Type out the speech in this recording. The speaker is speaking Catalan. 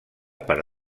per